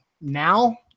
now